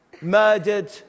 Murdered